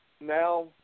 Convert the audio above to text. now